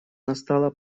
настала